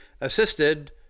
assisted